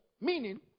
meaning